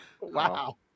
wow